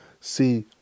see